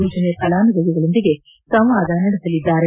ಯೋಜನೆ ಫಲಾನುಭವಿಗಳೊಂದಿಗೆ ಸಂವಾದ ನಡೆಸಲಿದ್ದಾರೆ